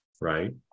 right